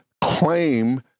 claim